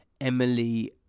Emily